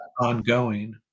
ongoing